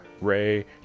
Ray